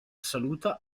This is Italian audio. saluta